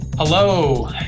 Hello